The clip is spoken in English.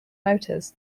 motors